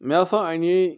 مےٚ ہَسا اَنے